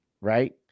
right